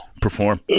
Perform